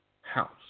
house